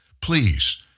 Please